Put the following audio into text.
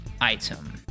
item